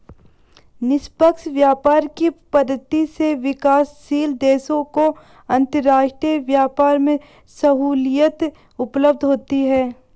निष्पक्ष व्यापार की पद्धति से विकासशील देशों को अंतरराष्ट्रीय व्यापार में सहूलियत उपलब्ध होती है